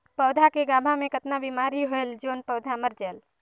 पौधा के गाभा मै कतना बिमारी होयल जोन पौधा मर जायेल?